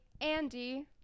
Andy